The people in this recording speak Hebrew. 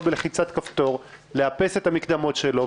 בלחיצת כפתור לאפס את המקדמות שלו,